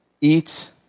Eat